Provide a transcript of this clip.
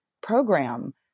program